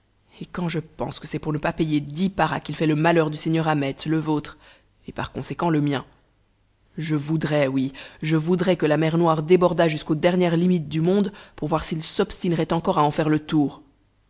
et quand je pense que c'est pour ne pas payer dix paras qu'il fait le malheur du seigneur ahmet le vôtre et par conséquent le mien je voudrais oui je voudrais que la mer noire débordât jusqu'aux dernières limites du monde pour voir s'il s'obstinerait encore à en faire le tour